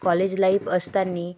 college life असतांनी